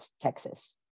Texas